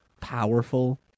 powerful